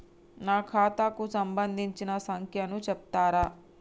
నా ఖాతా కు సంబంధించిన సంఖ్య ను చెప్తరా?